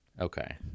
okay